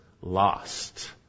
lost